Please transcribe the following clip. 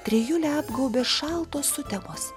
trijulę apgaubė šaltos sutemos